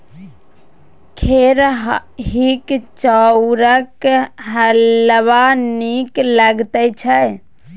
खेरहीक चाउरक हलवा नीक लगैत छै